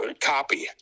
copy